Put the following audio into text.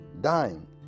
dying